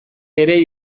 ere